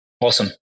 Awesome